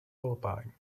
alpine